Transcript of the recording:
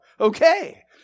okay